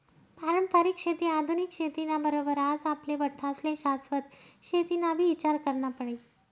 पारंपरिक शेती आधुनिक शेती ना बरोबर आज आपले बठ्ठास्ले शाश्वत शेतीनाबी ईचार करना पडी